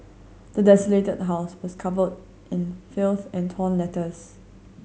the desolated house was covered in filth and torn letters